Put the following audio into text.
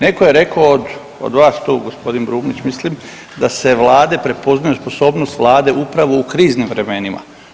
Netko je rekao od vas tu, gospodin Brumni mislim da se vlade prepoznaju, sposobnost vlade upravo u kriznim vremenima.